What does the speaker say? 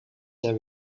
ter